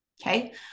okay